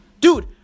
Dude